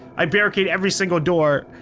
i barricade every single door.